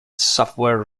software